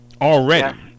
already